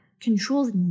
controls